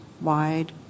Wide